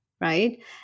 right